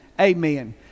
amen